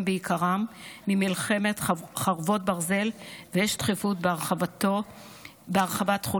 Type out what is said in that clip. בעיקרם ממלחמת חרבות ברזל ויש דחיפות בהרחבת תחולתו.